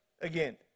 again